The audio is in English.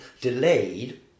delayed